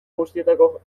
guztietako